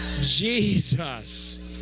Jesus